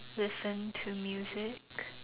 listen to music